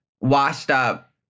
washed-up